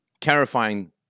terrifying